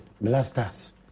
blasters